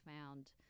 found